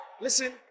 listen